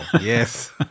Yes